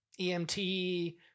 EMT